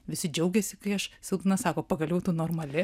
visi džiaugiasi kai aš silpna sako pagaliau tu normali